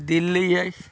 दिल्ली अइ